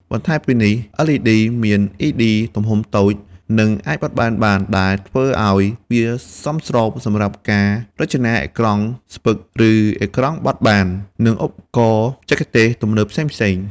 លក្ខណៈពិសេសមួយទៀតនោះគឺLED មានល្បឿនឆ្លើយតបលឿន ដែលមានសារៈសំខាន់សម្រាប់បង្ហាញរូបភាពចល័ត និងវីដេអូដែលមានគុណភាពខ្ពស់។